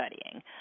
studying